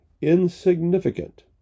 insignificant